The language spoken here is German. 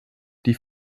die